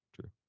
True